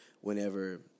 whenever